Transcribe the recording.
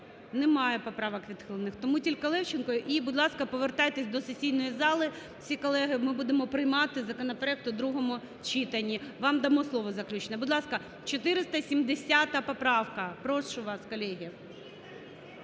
Немає поправок відхилених. Тому тільки Левченко і, будь ласка, повертайтесь до сесійної зали всі колеги, ми будемо приймати законопроект у другому читанні. Вам дамо слово заключне. Будь ласка, 470 поправка. Прошу вас, колеги.